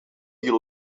you